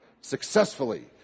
Successfully